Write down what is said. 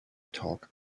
talk